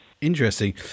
Interesting